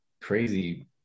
crazy